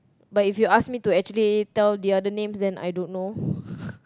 but if you ask me to actually tell the other names then I don't know